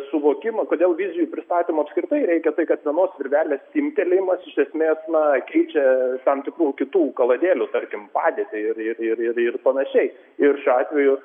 suvokimą kodėl vizijų pristatymo apskritai reikia tai kad vienos virvelės timptelėjimas iš esmės na keičia tam tikrų kitų kaladėlių tarkim padėtį ir ir ir ir ir panašiai ir šiuo atveju